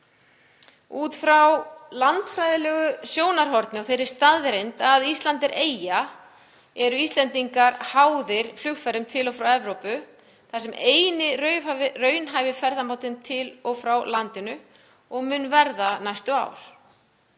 Út frá landfræðilegu sjónarhorni og þeirri staðreynd að Ísland er eyja eru Íslendingar háðir flugferðum til og frá Evrópu sem er eini raunhæfi ferðamátinn til og frá landinu og mun verða næstu ár.